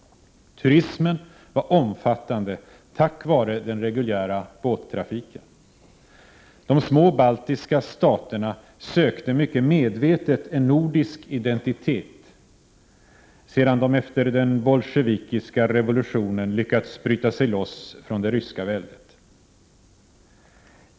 Turismen var omfattande tack vare den reguljära båttrafiken. De små baltiska staterna sökte mycket medvetet en nordisk identitet, sedan de efter den bolsjevikiska revolutionen lyckats bryta sig loss från det ryska väldet.